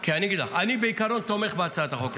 כי אני אגיד לך, אני בעיקרון תומך בהצעת החוק.